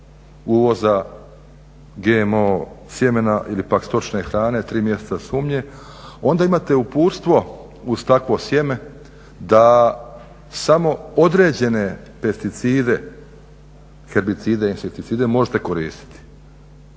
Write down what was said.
uvoza GMO sjemena ili pak stočne hrane, tri mjeseca sumnje onda imate uputstvo uz takvo sjeme da samo određene pesticide, herbicide, insekticide možete koristiti